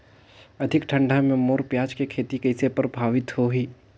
अधिक ठंडा मे मोर पियाज के खेती कइसे प्रभावित होही?